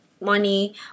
Money